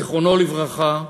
זיכרונו לברכה,